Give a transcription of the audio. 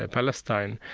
ah palestine,